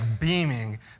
beaming